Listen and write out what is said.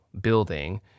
building